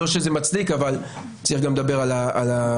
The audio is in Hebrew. לא שזה מצדיק אבל צריך גם לדבר על הבנפיט.